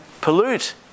pollute